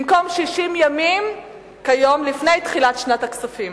במקום 60 ימים כיום, לפני תחילת שנת כספים.